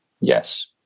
Yes